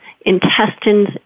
intestines